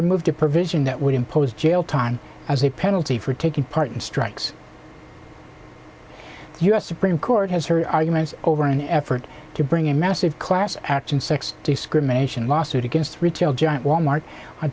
removed a provision that would impose jail time as a penalty for taking part in strikes you supreme court has her arguments over an effort to bring a massive class action sex discrimination lawsuit against retail giant wal mart on